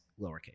lowercase